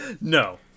No